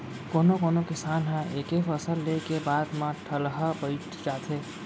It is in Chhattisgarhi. कोनो कोनो किसान ह एके फसल ले के बाद म ठलहा बइठ जाथे